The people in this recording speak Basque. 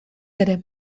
ere